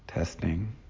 Testing